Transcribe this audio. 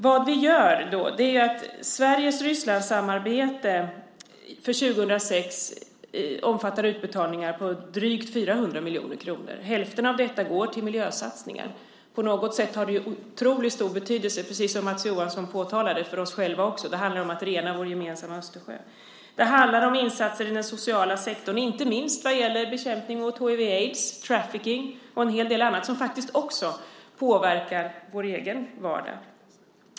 Det vi gör är följande: Sveriges Rysslandssamarbete för 2006 omfattar utbetalningar på drygt 400 miljoner kronor. Hälften av detta går till miljösatsningar. På något sätt har det ju otroligt stor betydelse, precis som Mats Johansson påtalade, för oss själva också. Det handlar om att rena vår gemensamma Östersjö. Det handlar om insatser i den sociala sektorn, inte minst när det gäller bekämpning av hiv/aids, trafficking och en hel del annat som faktiskt också påverkar vår egen vardag.